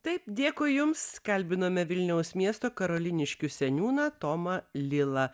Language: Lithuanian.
taip dėkui jums kalbinome vilniaus miesto karoliniškių seniūną tomą lilą